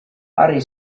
harri